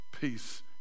peace